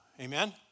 Amen